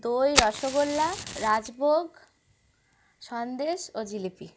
দই রসগোল্লা রাজভোগ সন্দেশ ও জিলিপি